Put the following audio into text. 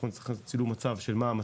אנחנו נצטרך לעשות סיקור מצב של ממתינים